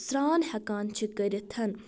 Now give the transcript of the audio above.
سرٛان ہیٚکان چھ کٔرِتھ